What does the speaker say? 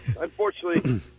Unfortunately